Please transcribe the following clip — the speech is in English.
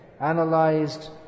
analyzed